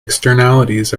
externalities